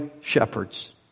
shepherds